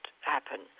happen